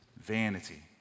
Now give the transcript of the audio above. vanity